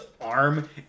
arm